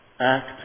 act